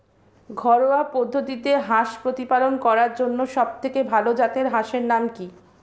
ঘরোয়া পদ্ধতিতে হাঁস প্রতিপালন করার জন্য সবথেকে ভাল জাতের হাঁসের নাম কি?